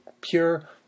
pure